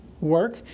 work